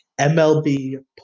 MLB